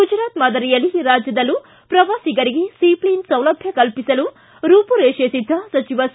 ಗುಜರಾತ್ ಮಾದರಿಯಲ್ಲಿ ರಾಜ್ಯದಲ್ಲೂ ಶ್ರವಾಸಿಗರಿಗೆ ಸೀ ಷ್ಷೇನ್ ಸೌಲಭ್ಯ ಕಲ್ಪಿಸಲು ರೂಪುರೇಷೆ ಸಿದ್ದ ಸಚಿವ ಸಿ